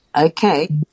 Okay